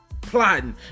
plotting